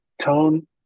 tone